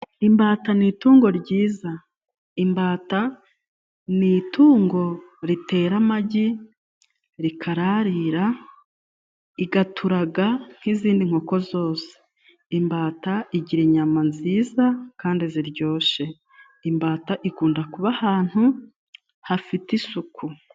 Imbata ni itungo ryiza. Imbata ni itungo ritera amagi, rikararira, igaturaga nk'izindi nkoko zose. Imbata igira inyama nziza kandi ziryoshe, imbata ikunda kuba ahantu hafite isuku.